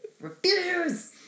Refuse